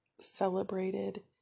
celebrated